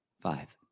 Five